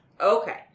Okay